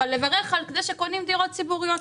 אבל לברך על זה שקונים דירות ציבוריות,